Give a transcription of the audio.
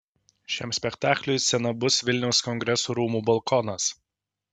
šiam spektakliui scena bus vilniaus kongresų rūmų balkonas